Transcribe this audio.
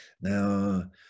Now